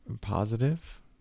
positive